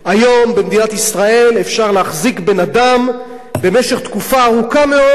היום במדינת ישראל אפשר להחזיק בן-אדם במשך תקופה ארוכה מאוד,